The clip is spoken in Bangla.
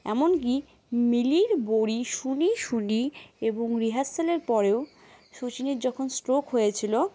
এমনকি মিলির বড়ি শুনি শুনি এবং রিহার্সালের পরেও সুচিনীর যখন স্ট্রোক হয়েছিলো